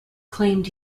claimed